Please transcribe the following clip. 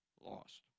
lost